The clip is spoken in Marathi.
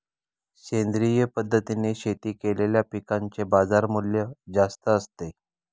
सेंद्रिय पद्धतीने शेती केलेल्या पिकांचे बाजारमूल्य जास्त असते